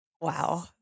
Wow